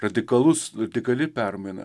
radikalus etikali permaina